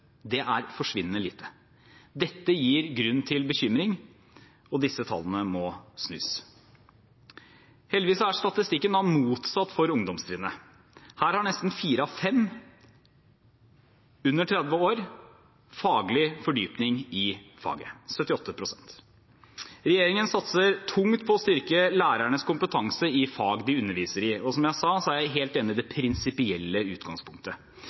Dette gir grunn til bekymring, og disse tallene må snus. Heldigvis er statistikken motsatt for ungdomstrinnet. Her har nesten fire av fem under 30 år – 78 pst. – faglig fordypning i faget. Regjeringen satser tungt på å styrke lærernes kompetanse i fag de underviser i. Som jeg sa, er jeg helt enig i det prinsipielle utgangspunktet.